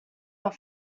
are